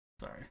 Sorry